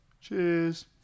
Cheers